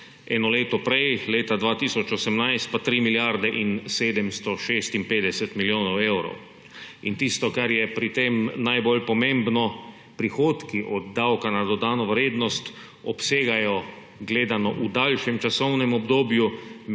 eno leto prej, leta 2018 pa 3 milijarde in 756 milijonov evrov. In tisto, kar je pri tem najbolj pomembno, prihodki od davka na dodano vrednost obsegajo, gledano v daljšem časovnem obdobju,